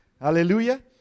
Hallelujah